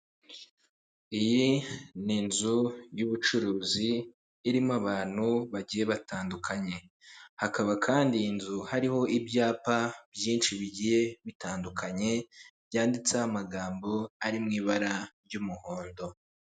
Iyi ni inzu y'ubucuruzi irimo abantu bagiye batandukanye hakaba kandi inzu hariho ibyapa byinshi bigiye bitandukanye byanditseho amagambo ari mu ibara ry'umuhondo.